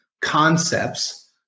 concepts